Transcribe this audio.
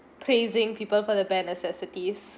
praising people for the banned necessities